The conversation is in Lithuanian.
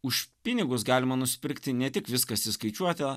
už pinigus galima nusipirkti ne tik viskas įskaičiuota